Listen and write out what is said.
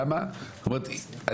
זאת אומרת,